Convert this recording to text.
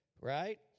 right